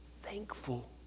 thankful